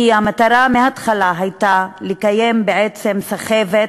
כי המטרה מההתחלה הייתה לקיים בעצם סחבת,